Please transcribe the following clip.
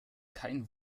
kein